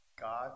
God